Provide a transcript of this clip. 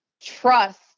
trust